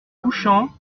couchant